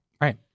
Right